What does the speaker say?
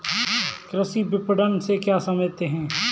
कृषि विपणन से क्या समझते हैं?